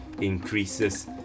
increases